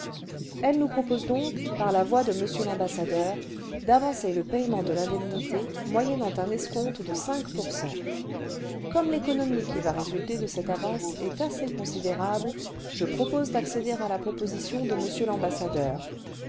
siècle nous propose donc par la voix de m l'ambassadeur d'avancer le payement de l'indemnité moyennant un escompte de pour comme l'économie qui va résulter de cette avance est assez considérable je propose d'accéder à la proposition de m l'ambassadeur